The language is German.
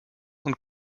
und